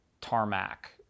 tarmac